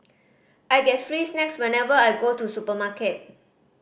I get free snacks whenever I go to supermarket